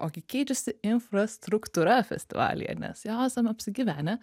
ogi keičiasi infrastruktūra festivalyje nes jau esam apsigyvenę